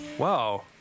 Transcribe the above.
Wow